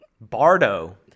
Bardo